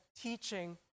teaching